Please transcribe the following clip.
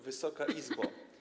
Wysoka Izbo!